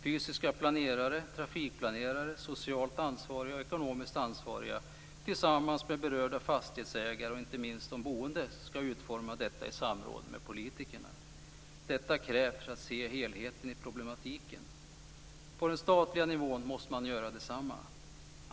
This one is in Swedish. Fysiska planerare, trafikplanerare, socialt och ekonomiskt ansvariga skall, tillsammans med berörda fastighetsägare och inte minst de boende, utforma detta i samråd med politikerna. Detta krävs för att se helheten i problematiken. På den statliga nivån måste man göra detsamma.